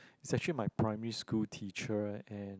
is actually my primary school teacher and